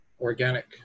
organic